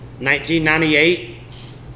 1998